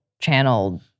channeled